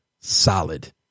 solid